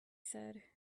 said